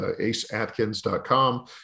aceatkins.com